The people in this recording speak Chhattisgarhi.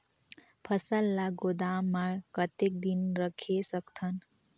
फसल ला गोदाम मां कतेक दिन रखे सकथन?